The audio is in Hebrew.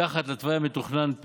מתחת לתוואי המתוכנן,